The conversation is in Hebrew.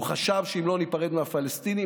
הוא חשב שאם לא ניפרד מהפלסטינים,